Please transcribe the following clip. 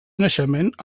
naixement